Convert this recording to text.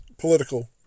political